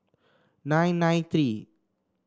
nine nine three